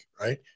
right